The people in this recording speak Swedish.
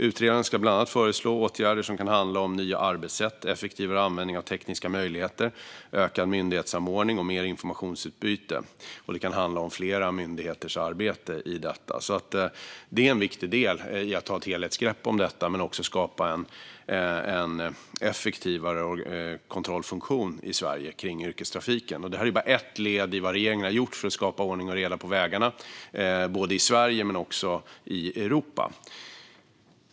Utredaren ska bland annat föreslå åtgärder som kan handla om nya arbetssätt, effektivare användning av tekniska möjligheter, ökad myndighetssamordning och mer informationsutbyte. Det kan handla om flera myndigheters arbete i detta. Det är en viktig del i att ta ett helhetsgrepp om detta men också skapa en effektivare kontrollfunktion för yrkestrafiken i Sverige. Detta är bara ett led i vad regeringen har gjort för att skapa ordning och reda på vägarna i Sverige men också i Europa.